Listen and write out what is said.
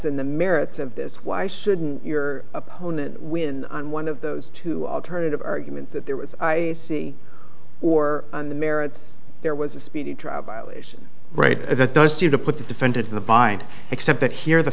in the merits of this why shouldn't your opponent win on one of those two alternative arguments that there was i see or on the merits there was a speedy trial is right that does seem to put the defendant the bind except that here the